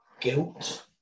guilt